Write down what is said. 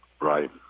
Right